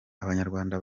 abanyarwanda